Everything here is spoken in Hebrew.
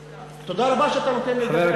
תודה רבה שאתה נותן לי לדבר.